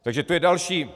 Takže to je další.